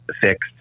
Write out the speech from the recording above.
fixed